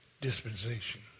dispensation